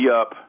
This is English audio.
up